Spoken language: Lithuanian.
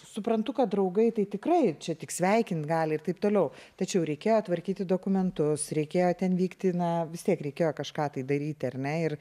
suprantu kad draugai tai tikrai čia tik sveikint gali ir taip toliau tačiau reikėjo tvarkyti dokumentus reikėjo ten vykti na vis tiek reikėjo kažką tai daryti ar ne ir